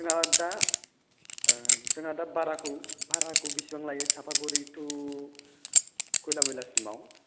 जोंहा दा जोंहा दा भाराखौ भाराखौ बेसेबां लायो चापागुरि थु खयलामयला सिमाव